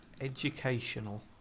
Educational